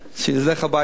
שילך הביתה.